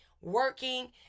working